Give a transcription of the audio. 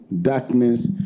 darkness